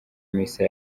misa